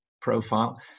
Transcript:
profile